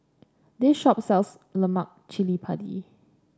this shop sells Lemak Cili Padi